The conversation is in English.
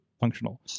functional